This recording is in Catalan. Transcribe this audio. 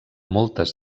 moltes